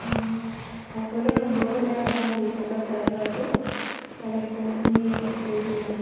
অঁ সকলোৱে নম্বৰবোৰ নাই বাৰু মই গ্ৰুপৰ পৰা চাই চাই আকৌ কালেক্ট কৰি মানি এড কৰি দিম বাৰু